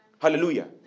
Hallelujah